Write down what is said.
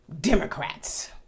Democrats